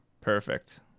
perfect